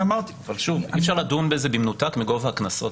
שוב, אי-אפשר לדון בזה במנותק מגובה הקנסות,